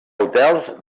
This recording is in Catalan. hotels